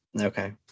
Okay